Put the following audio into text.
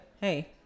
hey